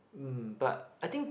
um but I think